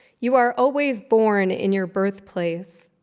you are always born in your birthplace,